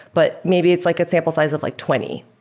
but maybe it's like a sample size of like twenty,